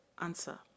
Answer